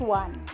one